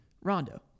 Rondo